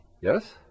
Yes